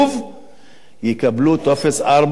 יקבלו טופס 4 ויחוברו לחשמל.